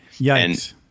Yikes